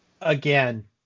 Again